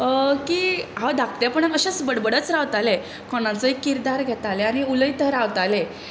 की हांव धाकटेपणांत अशेंच बडबडत रावतालें कोणाचोच किरदार घेतालें आनी उलयत रावतालें